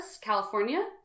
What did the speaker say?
California